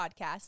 podcast